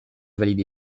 valider